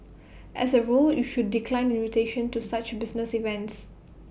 as A rule you should decline invitations to such business events